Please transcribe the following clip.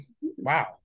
Wow